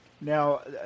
Now